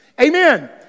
Amen